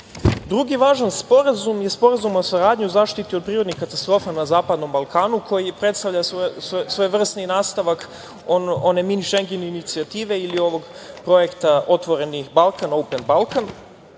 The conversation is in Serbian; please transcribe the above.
SNS.Drugi važan sporazum je Sporazum o saradnji u zaštiti od prirodnih katastrofa na Zapadnom Balkanu, koji predstavlja svojevrsni nastavak one „Mini-Šengen“ inicijative ili ovog projekta „Otvoreni Balkan“ – „Open Balkan“.